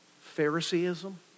Phariseeism